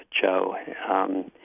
Joe